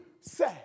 say